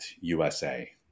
USA